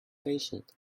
patient